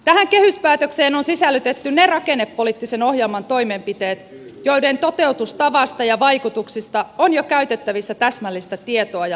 tähän kehyspäätökseen on sisällytetty ne rakennepoliittisen ohjelman toimenpiteet joiden toteutustavasta ja vaikutuksista on jo käytettävissä täsmällistä tietoa ja luotettavia arvioita